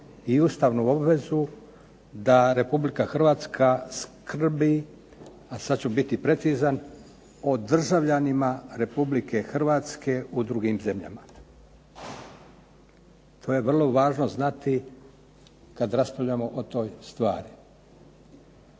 i ustavnu obvezu da Republika Hrvatska skrbi, a sad ću biti precizan, o državljanima Republike Hrvatske u drugim zemljama. To je vrlo važno znati kad raspravljamo o toj stvari.